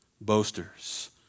Boasters